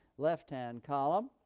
left-hand column.